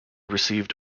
received